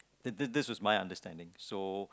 this this this was my understanding so